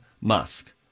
Musk